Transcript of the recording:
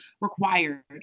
required